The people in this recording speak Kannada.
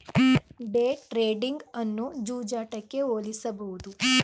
ಡೇ ಟ್ರೇಡಿಂಗ್ ಅನ್ನು ಜೂಜಾಟಕ್ಕೆ ಹೋಲಿಸಬಹುದು